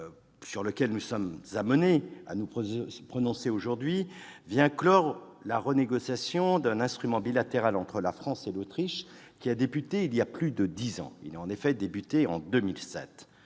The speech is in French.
sur lequel nous sommes invités à nous prononcer aujourd'hui vient clore la renégociation d'un accord bilatéral entre la France et l'Autriche qui a débuté il y a plus de dix ans, en 2007.